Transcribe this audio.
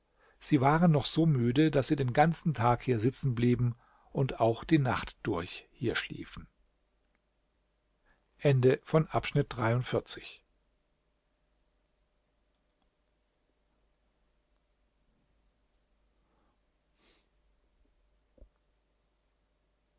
sie waren noch so müde daß sie den ganzen tag hier sitzen blieben und auch die nacht durch hier schliefen